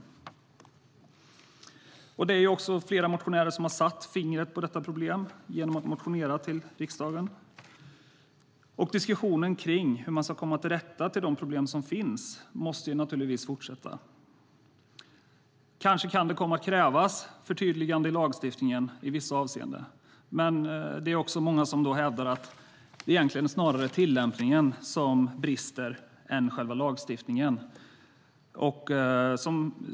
Flera motionärer har genom att väcka motioner i riksdagen satt fingret på detta problem, och diskussionen om hur man ska komma till rätta med de problem som finns måste naturligtvis fortsätta. Kanske kan det komma att krävas förtydliganden i lagstiftningen i vissa avseenden, men det finns också många som hävdar att det snarare är tillämpningen av lagarna som brister, inte själva lagstiftningen.